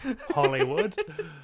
Hollywood